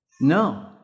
No